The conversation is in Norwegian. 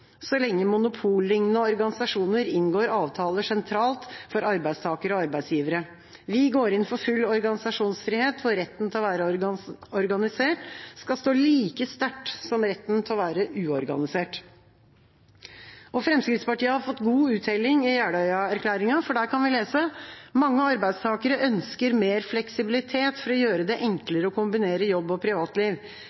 så lenge monopollignende organisasjoner inngår avtaler sentralt for arbeidstakere og arbeidsgivere. Vi går inn for full organisasjonsfrihet, hvor retten til å være organisert skal stå like sterkt som retten til å være uorganisert.» Fremskrittspartiet har fått god uttelling i Jeløya-erklæringen, for der kan vi lese: «Mange arbeidstakere ønsker mer fleksibilitet for å gjøre det